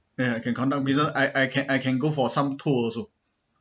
ya I can conduct business I I can I can go for some tour also